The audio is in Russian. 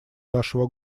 нашего